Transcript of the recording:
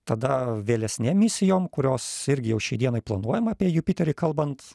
tada vėlesnėm misijom kurios irgi jau šiai dienai planuojama apie jupiterį kalbant